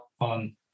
on